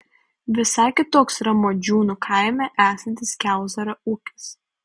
visai kitoks yra modžiūnų kaime esantis kiauzario ūkis